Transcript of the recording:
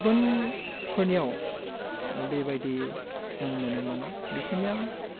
गुबुनफोरनियाव बेबायदि जों नुनो मोना बिसिना